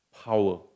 power